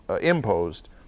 imposed